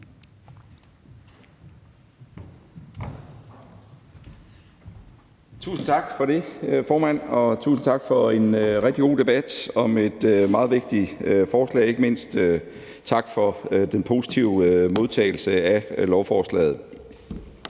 Tusind tak for det, formand. Og tusind tak for en rigtig god debat om et meget vigtigt forslag, og ikke mindst tak for den positive modtagelse af lovforslaget.